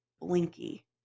Blinky